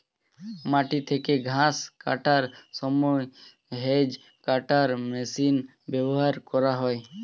মাটি থেকে ঘাস কাটার সময় হেজ্ কাটার মেশিন ব্যবহার করা হয়